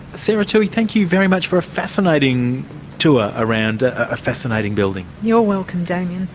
sarah toohey, thank you very much for a fascinating tour around a fascinating building. you're welcome, damien,